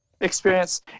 experience